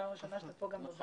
פעם ראשונה אתה כאן בוועדה.